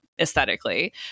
aesthetically